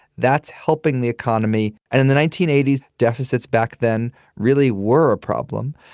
that's helping the economy. and in the nineteen eighty s, deficits back then really were a problem.